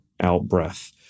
out-breath